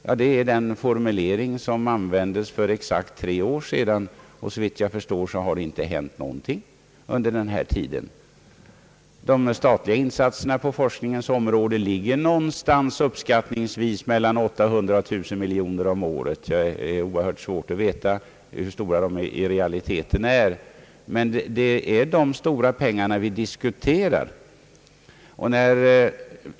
Ja, samma formulering användes för exakt tre år sedan, och såvitt jag förstår har ingenting hänt under den tiden. De statliga insatserna på forskningens område ligger uppskattningsvis någonstans mellan 800 och 1000 miljoner om året — det möter stora svårigheter att konstatera hur stort beloppet i realiteten är, men det är dessa stora pengar vi diskuterar.